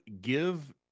give –